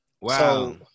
Wow